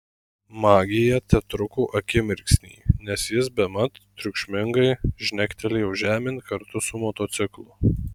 magija tetruko akimirksnį nes jis bemat triukšmingai žnektelėjo žemėn kartu su motociklu